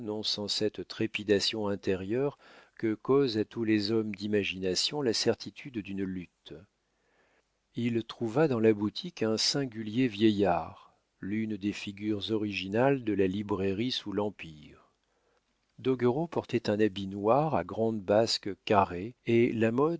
sans cette trépidation intérieure que cause à tous les hommes d'imagination la certitude d'une lutte il trouva dans la boutique un singulier vieillard l'une des figures originales de la librairie sous l'empire doguereau portait un habit noir à grandes basques carrées et la